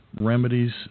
remedies